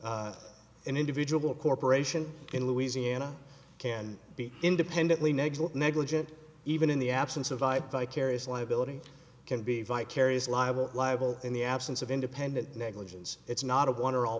cited an individual corporation in louisiana can be independently negs or negligent even in the absence of by vicarious liability can be vicarious liable liable in the absence of independent negligence it's not of one or all